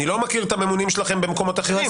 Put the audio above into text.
אני לא מכיר את הממונים שלכם במקומות אחרים.